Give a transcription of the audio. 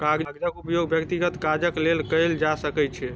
कागजक उपयोग व्यक्तिगत काजक लेल कयल जा सकै छै